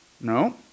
No